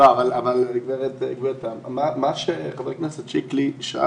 לגבי השאלה של חבר הכנסת שיקלי,